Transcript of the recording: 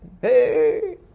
Hey